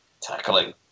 Tackling